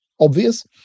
obvious